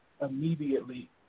immediately